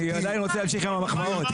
אני עדיין רוצה להמשיך עם המחמאות.